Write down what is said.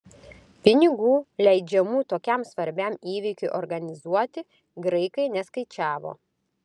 pinigų leidžiamų tokiam svarbiam įvykiui organizuoti graikai neskaičiavo